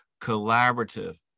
collaborative